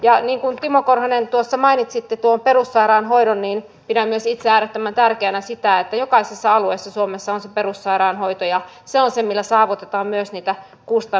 ja niin kuin timo korhonen tuossa mainitsitte tuon perussairaanhoidon niin pidän myös itse äärettömän tärkeänä sitä että jokaisella alueella suomessa on se perussairaanhoito ja se on se millä saavutetaan myös niitä kustannussäästöjä